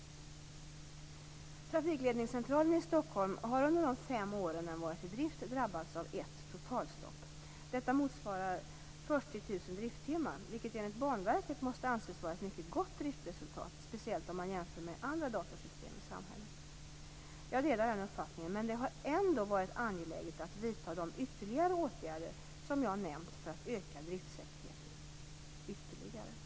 Trafikledningscentralen i Stockholm har under de fem åren den varit i drift drabbats av ett totalstopp. Banverket måste anses vara ett mycket gott driftresultat, speciellt om man jämför med andra datorsystem i samhället. Jag delar den uppfattningen, men det har ändå varit angeläget att vidta de ytterligare åtgärder som jag nämnt för att öka driftsäkerheten ytterligare.